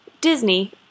Disney